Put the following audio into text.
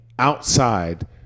outside